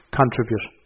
contribute